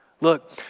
Look